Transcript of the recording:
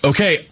Okay